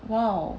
!wow!